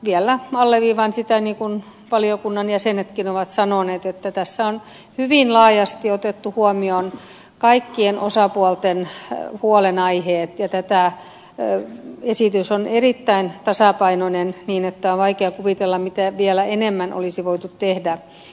vielä alleviivaan sitä niin kuin valiokunnan jäsenetkin ovat sanoneet että tässä on hyvin laajasti otettu huomioon kaikkien osapuolten huolenaiheet ja tämä esitys on erittäin tasapainoinen niin että on vaikea kuvitella mitä enemmän olisi vielä voitu tehdä